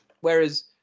whereas